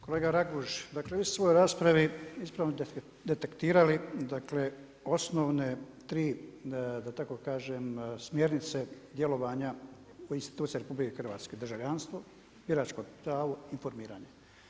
Kolega Raguž, dakle vi ste u svojoj raspravi ispravno detektirali, dakle osnovne tri da tako kažem smjernice djelovanja u institucije Hrvatske državljanstvo, biračko pravo, informiranje.